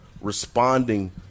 responding